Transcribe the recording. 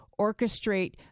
orchestrate